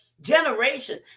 generation